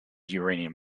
uranium